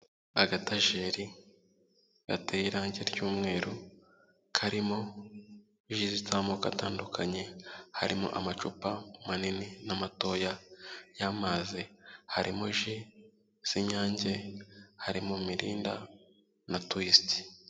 Agatajeri yateye irangi ry'umweru, karimo ji zamoko atandukanye harimo: amacupa manini n'amatoya y'amazi, harimo ji z'inyange harimo mirinda na Tuwisite.